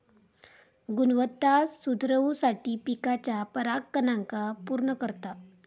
गुणवत्ता सुधरवुसाठी पिकाच्या परागकणांका पुर्ण करता